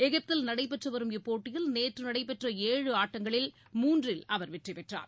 எகிப்தில் நடைபெற்றுவரும் இப்போட்டியில் நேற்று நடைபெற்ற ஏழு ஆட்டங்களில் மூன்றில் அவர் வெற்றி பெற்றார்